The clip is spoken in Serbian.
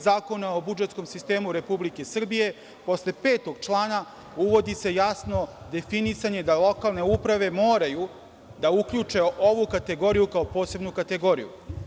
Zakona o budžetskom sistemu Republike Srbije, posle člana 5. uvodi se jasno definisanje da lokalne uprave moraju da uključe ovu kategoriju kao posebnu kategoriju.